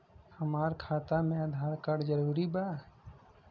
हमार खाता में आधार कार्ड जरूरी बा?